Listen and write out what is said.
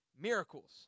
miracles